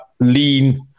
lean